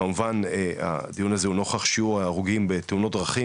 כמובן שהדיון הזה הוא נוכח שיעור ההרוגים בתאונות דרכים